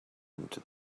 into